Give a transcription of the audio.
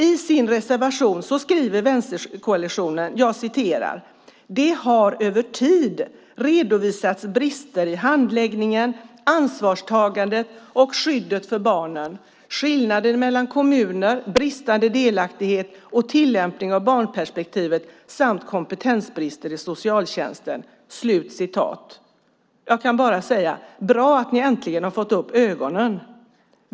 I sin reservation skriver vänsterkoalitionen: Det har över tid redovisats brister i handläggningen, ansvarstagandet och skyddet för barnen, skillnader mellan kommuner, bristande delaktighet och tillämpning av barnperspektivet samt kompetensbrister i socialtjänsten. Jag kan bara säga: Bra att ni äntligen har fått upp ögonen.